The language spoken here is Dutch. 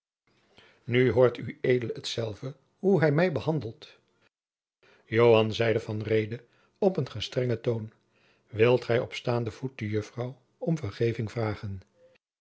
nu hoort ued het zelve hoe hij mij behandelt joan zeide van reede op een gestrengen jacob van lennep de pleegzoon toon wilt gij op staande voet de juffrouw om vergeving vragen